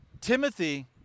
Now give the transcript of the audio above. Timothy